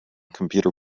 computer